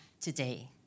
today